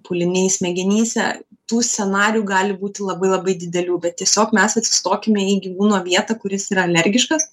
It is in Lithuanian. pūliniai smegenyse tų scenarijų gali būti labai labai didelių bet tiesiog mes atsistokime į gyvūno vietą kuris yra alergiškas